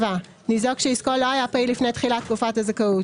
ניזוק שעסקו לא היה פעיל לפני תחילת תקופת הזכאות,